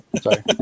Sorry